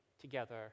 together